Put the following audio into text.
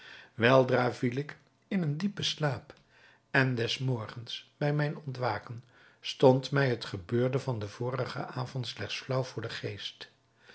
weldra viel ik in een diepen slaap en des morgens bij mijn ontwaken stond mij het gebeurde van den vorigen avond slechts flaauw voor den geest